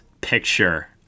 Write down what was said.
Picture